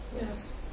Yes